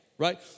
Right